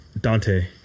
Dante